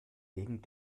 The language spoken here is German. wegen